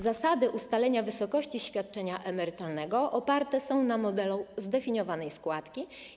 Zasady dotyczące ustalenia wysokości świadczenia emerytalnego oparte są na modelu zdefiniowanej składki.